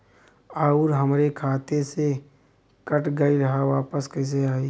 आऊर हमरे खाते से कट गैल ह वापस कैसे आई?